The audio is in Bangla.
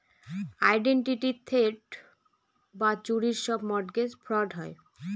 আইডেন্টিটি থেফট বা চুরির সব মর্টগেজ ফ্রড হয়